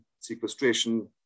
sequestration